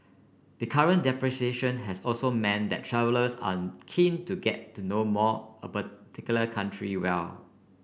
the current depreciation has also meant that travellers are keen to get to know more about particular country well